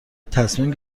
تصمیم